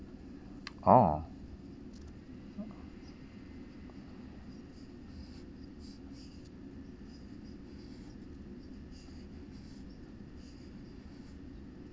orh